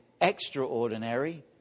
extraordinary